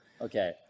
okay